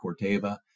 Corteva